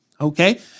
okay